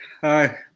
Hi